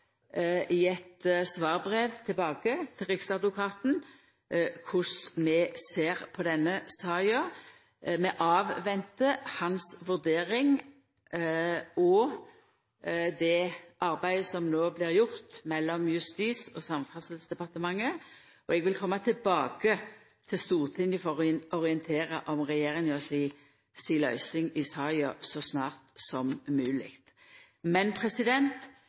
ser på denne saka. Vi ventar på hans vurdering og det arbeidet som no blir gjort mellom Justisdepartementet og Samferdselsdepartementet. Eg vil koma tilbake til Stortinget for å orientera om regjeringa si løysing i saka så snart som mogleg. Men